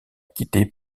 quitter